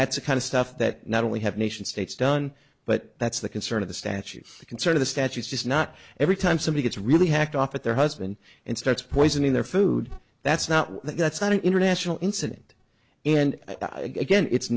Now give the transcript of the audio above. that's the kind of stuff that not only have nation states done but that's the concern of the statute the concern of the statutes just not every time somebody gets really hacked off at their husband and starts poisoning their food that's not that's not an international incident and i again it's